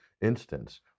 instance